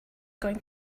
going